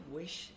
wish